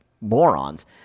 morons